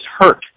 hurt